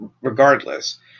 regardless